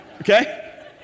Okay